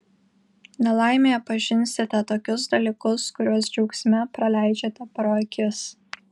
nelaimėje pažinsite tokius dalykus kuriuos džiaugsme praleidžiate pro akis